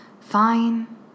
Fine